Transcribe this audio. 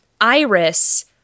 Iris